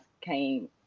came